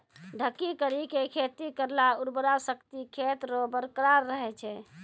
ढकी करी के खेती करला उर्वरा शक्ति खेत रो बरकरार रहे छै